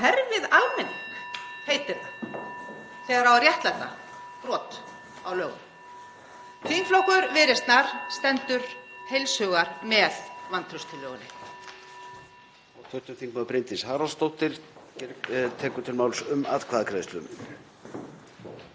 kerfið almenning, heitir það þegar á að réttlæta brot á lögum. Þingflokkur Viðreisnar stendur heils hugar með vantrauststillögunni.